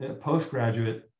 postgraduate